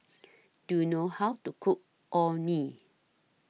Do YOU know How to Cook Orh Nee